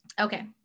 Okay